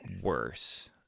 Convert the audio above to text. worse